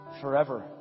forever